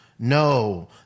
No